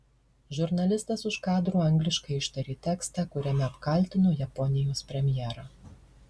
žurnalistas už kadro angliškai ištarė tekstą kuriame apkaltino japonijos premjerą